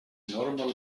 normal